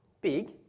big